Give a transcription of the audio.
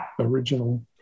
original